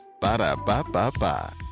Ba-da-ba-ba-ba